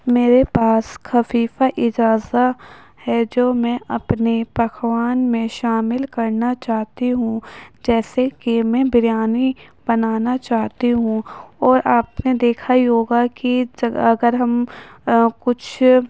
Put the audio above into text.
میرے پاس خفیہ اجزاء ہے جو میں اپنے پکوان میں شامل کرنا چاہتی ہوں جیسے کہ میں بریانی بنانا چاہتی ہوں اور آپ نے دیکھا ہی ہوگا کہ اس جگہ اگر ہم کچھ